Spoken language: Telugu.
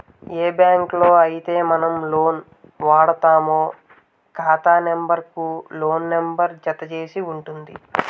ఏ బ్యాంకులో అయితే మనం లోన్ వాడుతామో ఖాతా నెంబర్ కు లోన్ నెంబర్ జత చేసి ఉంటుంది